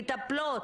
מטפלות.